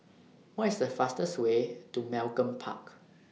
What IS The fastest Way to Malcolm Park